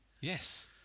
yes